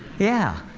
yeah.